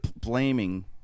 blaming